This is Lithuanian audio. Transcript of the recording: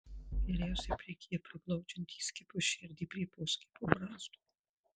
geriausiai prigyja priglaudžiant įskiepio šerdį prie poskiepio brazdo